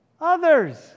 others